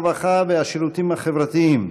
הרווחה והשירותים החברתיים,